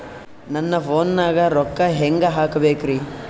ನನ್ನ ಫೋನ್ ನಾಗ ರೊಕ್ಕ ಹೆಂಗ ಹಾಕ ಬೇಕ್ರಿ?